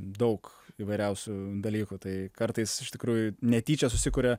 daug įvairiausių dalykų tai kartais iš tikrųjų netyčia susikuria